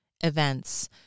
events